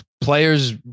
players